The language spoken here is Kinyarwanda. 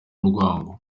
urwango